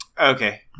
Okay